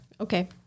Okay